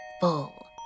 full